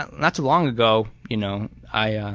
not too long ago, you know, i ah